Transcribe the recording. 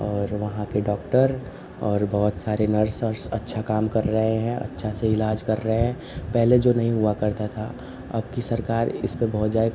और वहाँ के डॉक्टर और बहुत सारे नर्स वर्स अच्छा काम कर रहे हैं अच्छा से इलाज कर रहे हैं पहले जो नहीं हुआ करता था अब की सरकार इस पर बहुत जाए